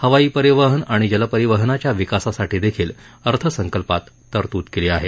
हवाई परिवहन आणि जलपरिवहनाच्या विकासासाठीदेखील अर्थसंकल्पात तरतूद केली आहे